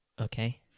Okay